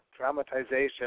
traumatization